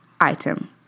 item